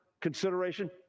consideration